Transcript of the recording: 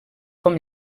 com